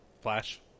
Flash